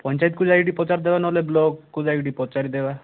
ପଞ୍ଚାୟତକୁ ଯାଇକି ଟିକିଏ ପଚାରିଦେବା ନହେଲେ ବ୍ଲକ୍କୁ ଯାଇକି ଟିକିଏ ପଚାରିଦେବା